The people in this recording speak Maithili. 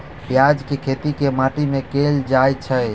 प्याज केँ खेती केँ माटि मे कैल जाएँ छैय?